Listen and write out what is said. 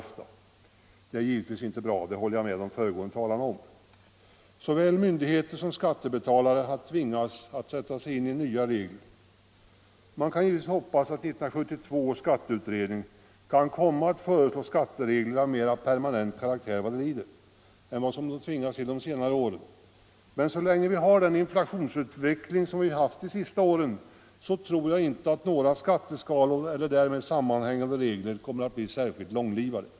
Jag håller med föregående talare om att detta givetvis inte är bra. Såväl myndigheter som skattebetalare har tvingats att ständigt sätta sig in i nya regler. Man kan givetvis hoppas att 1972 års skatteutredning kan komma att föreslå skatteregler av mera permanent karaktär än vad den tvingats att göra de senaste åren. Men så länge som vi har den inflationsutveckling som vi haft de senaste åren tror jag inte att några skatteskalor eller därmed sammanhängande regler kommer att bli särskilt långlivade.